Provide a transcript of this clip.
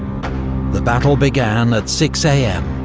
the battle began at six am,